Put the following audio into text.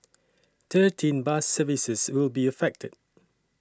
thirteen bus services will be affected